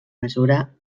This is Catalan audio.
mesura